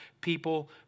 people